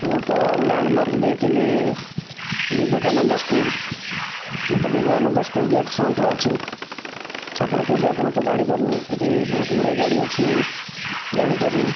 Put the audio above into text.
ମୁଁ ତ ଲ୍ୟାଣ୍ଡମାର୍କ ଦେଇଥିଲି ବିବେକାନନ୍ଦ ସ୍କୁଲ ମୁଁ ତ ବିବେକାନନ୍ଦ ସ୍କୁଲ ଗେଟ୍ ଫ୍ରଣ୍ଟରେ ଅଛି ଆପଣ କେଉଁଠି ଆପଣ ତ ଜାଣିପାରୁନାଇଁ ଏଠି ବହୁତ ଗୁଡ଼ାଏ ଗାଡ଼ି ଅଛି ଜାଣିପାରୁନୁ